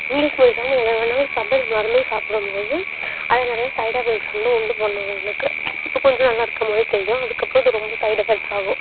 English மெடிஷனை நீ எதை வேணுணாலும் சாப்பிடு இந்த மருந்தும் சாப்பிடும் போது அதை நிறைய சைட் எஃபெக்ட்ஸ் வந்து உண்டு பண்ணும் உங்களுக்கு இப்போ கொஞ்சம் நல்லா இருக்கற மாதிரி தெரியும் அதுக்கப்புறம் இது ரொம்ப சைட் எஃபெக்ட்ஸ் ஆகும்